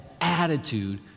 attitude